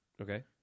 Okay